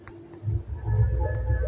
UPI कुंसम करे बनाम?